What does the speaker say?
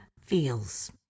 feels